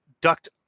ducked